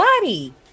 body